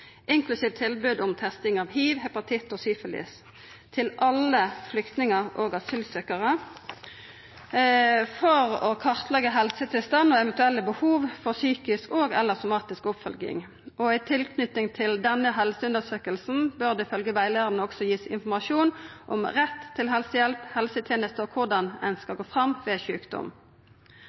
tilbod om testing for hiv, hepatitt og syfilis, til alle flyktningar og asylsøkjarar for å kartleggja helsetilstand og eventuelle behov for psykisk og/eller somatisk oppfølging. I samband med denne helseundersøkinga bør det ifølgje rettleiaren også verta gitt informasjon om rett til helsehjelp og helsetenester og korleis ein skal gå fram ved sjukdom.